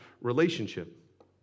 relationship